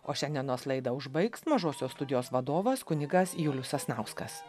o šiandienos laidą užbaigs mažosios studijos vadovas kunigas julius sasnauskas